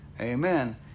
Amen